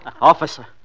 Officer